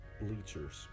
bleachers